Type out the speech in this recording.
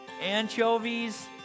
anchovies